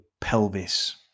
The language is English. pelvis